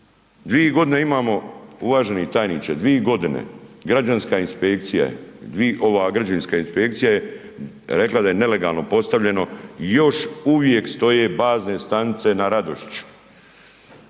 Dvi godine imamo uvaženi tajniče, dvi godine, građanska inspekcija je ova građevinska inspekcija je rekla da je nelegalno postavljeno, još uvijek stoje bazne stanice na Radošiću.